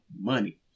money